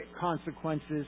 consequences